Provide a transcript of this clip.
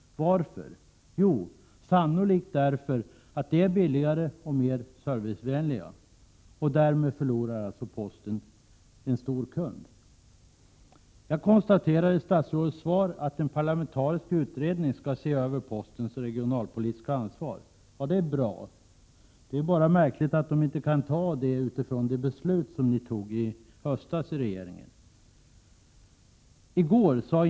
Varför? Jo, sannolikt därför att dessa är billigare och mer servicevänliga. Och därmed förlorar posten alltså en stor kund. I statsrådets svar noterar jag att en parlamentarisk utredning skall se över postens regionalpolitiska ansvar. Det är bra. Jag finner det bara märkligt att posten inte kan ta det ansvaret på grundval av det beslut ni i regeringen fattade i höstas.